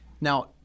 Now